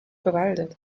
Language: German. bewaldet